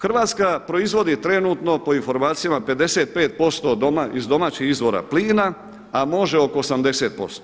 Hrvatska proizvodi trenutno po informacijama 55% iz domaćih izvora plina, a može oko 80%